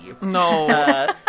No